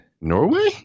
Norway